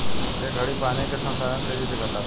ए घड़ी पानी के संसाधन तेजी से घटता